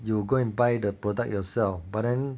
you go and buy the product yourself but then